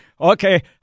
Okay